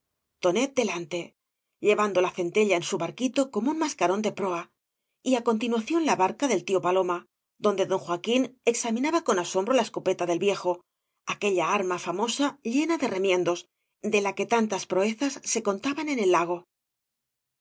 delaníej llevan do la centella en su barquito como un mascarón de proa y á continuación la barca del tío paloma donde don joaquín examinaba con asombro la escopeta del viejo aquella arma famosa llena de remiendos de la que tantas proezas se contaban en el lago